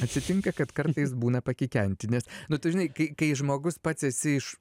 atsitinka kad kartais būna pakikenti nes nu tu žinai kai žmogus pats esi iš